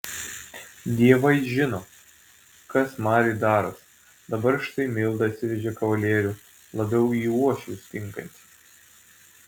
dievai žino kas mariui darosi dabar štai milda atsivežė kavalierių labiau į uošvius tinkantį